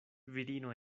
virino